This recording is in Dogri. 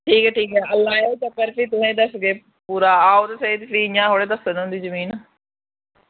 ठीक ऐ ठीक ऐ लायो चक्कर भी तुसेंगी दस्सगे पूरा आओ तुसेंगी भी इंया थोह्ड़े दस्सनीं होंदी जमीन